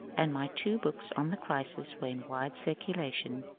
and my two books on the crisis were in wide circulation.